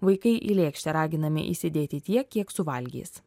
vaikai į lėkštę raginami įsidėti tiek kiek suvalgys